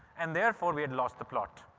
and therefore we had lost the plot.